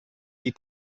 die